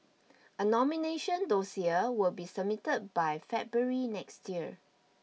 a nomination dossier will be submitted by February next year